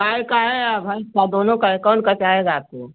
गाय का है औ भैंस का दोनों का है कौन का चाहेगा आपको